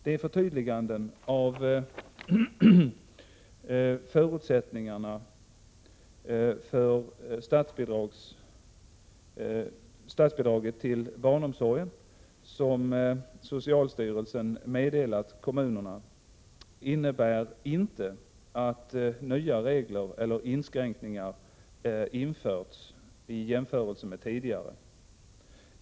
Det förtydligande av förutsättningarna för statsbidrag till barnomsorgen som socialstyrelsen meddelat kommunerna innebär inte att nya regler eller inskränkningar införts i jämförelse med tidigare.